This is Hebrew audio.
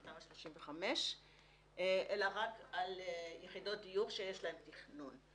תמ"א/35 אלא רק על יחידות דיור שיש להן תכנון,